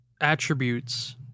attributes